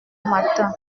matin